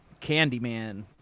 Candyman